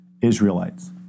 Israelites